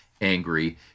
angry